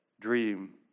dream